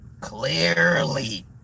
Clearly